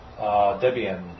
Debian